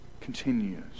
continues